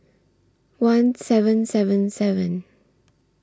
one seven seven seven